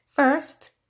First